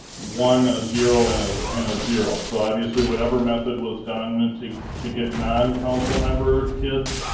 one, a zero, and ah and a zero. so, obviously, whatever method was done to to get non-council member kids